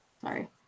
sorry